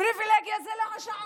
פריבילגיה זה לעשירים,